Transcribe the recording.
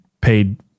paid